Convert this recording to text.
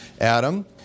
Adam